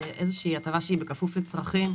זו איזושהי הטבה שהיא בכפוף לצרכים,